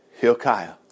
Hilkiah